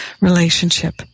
relationship